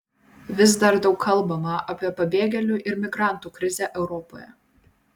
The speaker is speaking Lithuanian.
vis dar daug kalbama apie pabėgėlių ir migrantų krizę europoje